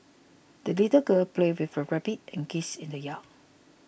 the little girl played with her rabbit and geese in the yard